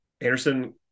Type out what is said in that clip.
Anderson